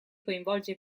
coinvolge